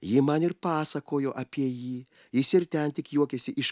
ji man ir pasakojo apie jį jis ir ten tik juokiasi iš